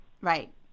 Right